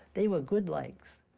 they were good legs.